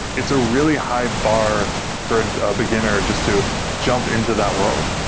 it's a really high bar for a beginner just to jump into that world.